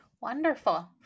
Wonderful